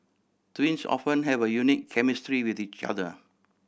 twins often have a unique chemistry with each other